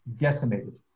decimated